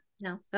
No